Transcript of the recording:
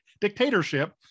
dictatorship